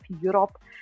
Europe